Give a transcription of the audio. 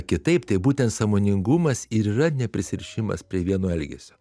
kitaip tai būtent sąmoningumas ir yra neprisirišimas prie vieno elgesio